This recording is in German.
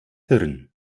hirn